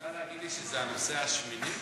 את רוצה להגיד לי שזה הנוסע השמיני?